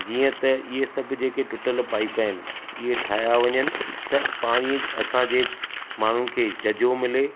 जीअं त इहे सभु जेके टूटल पाइप आहिनि इहे ठाहिया वञनि त पाणी असां जे माण्हुनि खे झझो मिले